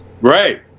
Right